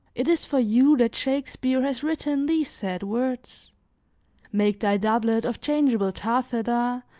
it is for you that shakespeare has written these sad words make thy doublet of changeable taffeta,